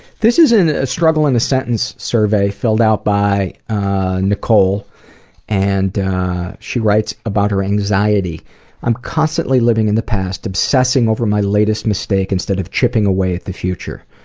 this is a struggle in a sentence survey filled out by nicole and she writes about her anxiety i'm constantly living in the past obsessing over my latest mistake instead of chipping away at the future.